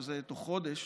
שזה בתוך חודש,